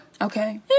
Okay